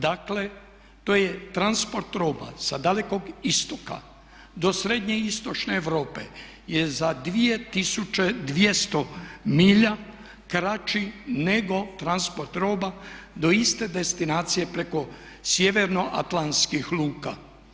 Dakle, to je transport roba sa Dalekog istoka do srednjeistočne Europe je za 2200 milja kraći nego transport roga do iste destinacije preko sjevernoatlantskih luka.